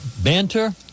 banter